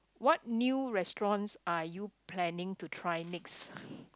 what new restaurants are you planning to try next